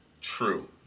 True